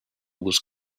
was